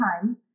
time